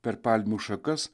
per palmių šakas